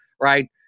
right